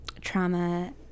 Trauma